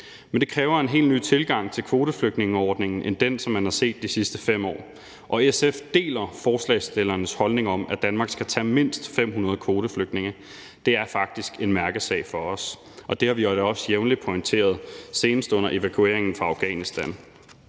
Men det kræver en helt ny tilgang til kvoteflygtningeordningen end den, som man har set de sidste 5 år. Og SF deler forslagsstillernes holdning om, at Danmark skal tage mindst 500 kvoteflygtninge. Det er faktisk en mærkesag for os, og det har vi også jævnligt pointeret – senest under evakueringen fra Afghanistan.